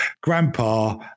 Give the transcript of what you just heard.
grandpa